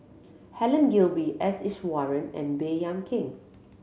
Helen Gilbey S Iswaran and Baey Yam Keng